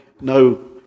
no